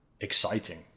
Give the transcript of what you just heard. exciting